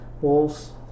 Wolves